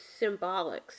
symbolics